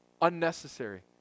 unnecessary